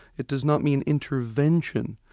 it does not mean intervention,